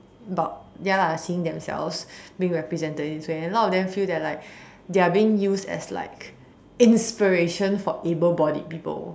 about ya lah seeing themselves being represented in this way and a lot of them feel that like they are being used as like inspiration for able bodied people